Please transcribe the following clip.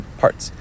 parts